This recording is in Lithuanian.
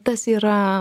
tas yra